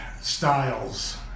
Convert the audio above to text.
Styles